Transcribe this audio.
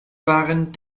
waren